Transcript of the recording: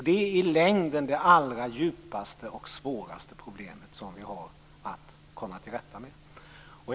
Det är i längden det allra svåraste och djupaste problem som vi har att komma till rätta med.